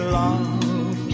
love